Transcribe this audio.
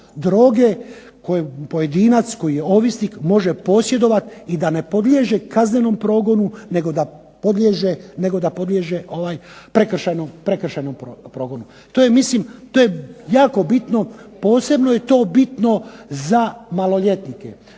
droge koju pojedinac ovisnik može posjedovati i da ne podliježe kaznenom progonu nego da podliježe prekršajnom progonu. To je jako bitno posebno je to bitno za maloljetnike